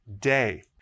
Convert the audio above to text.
day